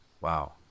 Wow